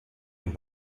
und